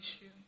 issue